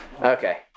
Okay